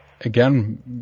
again